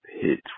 hit